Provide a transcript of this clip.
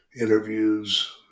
interviews